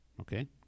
okay